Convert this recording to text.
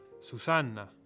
Susanna